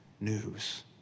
news